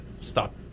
stop